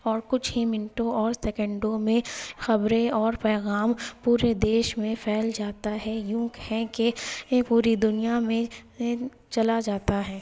اور کچھ ہی منٹوں اور سیکنڈوں میں خبریں اور پیغام پورے دیش میں پھیل جاتا ہے یوں کہیں کہ یہ پوری دنیا میں چلا جاتا ہے